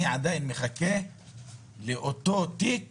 אני עדיין מחכה לאותו תיק